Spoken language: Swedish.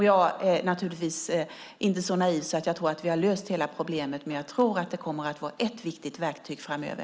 Jag är naturligtvis inte så naiv att jag tror att vi har löst hela problemet, men jag tror att detta kommer att vara ett viktigt verktyg framöver.